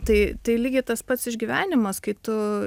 tai tai lygiai tas pats išgyvenimas kai tu